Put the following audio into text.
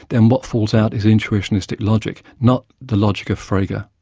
then what falls out is intuitionistic logic, not the logic of frege. yeah